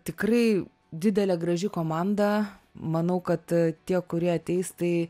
tikrai didelė graži komanda manau kad tie kurie ateis tai